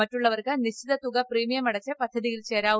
മറ്റുള്ളവർക്ക് നിശ്ചിത തുക പ്രീമിയം അടച്ച് പദ്ധതിയിൽ ചേരാം